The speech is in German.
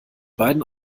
beiden